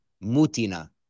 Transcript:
Mutina